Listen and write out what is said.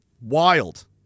wild